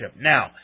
Now